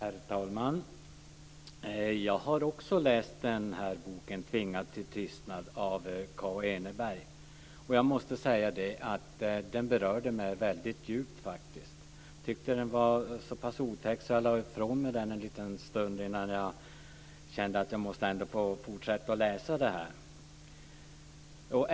Herr talman! Jag har också läst boken Tvingade till tystnad av Kaa Eneberg, och jag måste säga att den berörde mig väldigt djupt. Jag tyckte att den var så pass otäck att jag lade ifrån mig den en liten stund innan jag kände att jag måste fortsätta att läsa den.